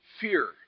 fear